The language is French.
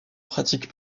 pratique